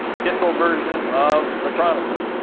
kindle version of the chronicle?